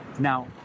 Now